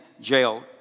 jail